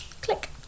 click